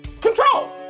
control